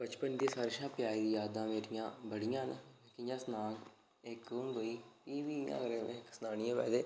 बचपन दी सारें शा प्यारियां यादां मेरियां बड़ियां न कियां सनां इक हून कोई एह् बी इयां सनानियां होवे ते चेता आंदा